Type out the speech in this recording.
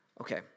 Okay